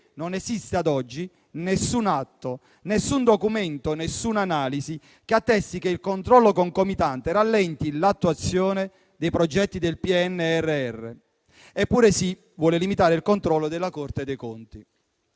non esiste ad oggi alcun atto, alcun documento e alcune analisi che attesti che il controllo concomitante rallenti l'attuazione dei progetti del PNRR. Eppure, si vuole limitare il controllo della Corte dei conti